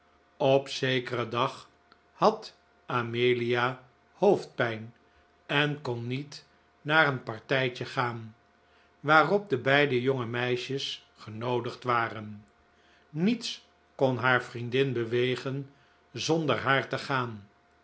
op zekeren dag had amelia hoofdpijn en kon niet naar een partijtje gaan waarop de beide jonge meisjes genoodigd waren niets kon haar vriendin bewegen zonder haar te gaan